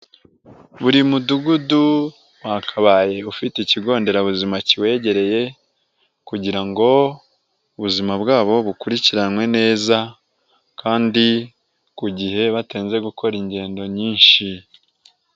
Buri mudugudu wa kabaye ufite ikigonderabuzima kiwegereye kugira ngo ubuzima bwabo bukurikiranwe neza kandi kugihe batarinze gukora ingendo nyinshi.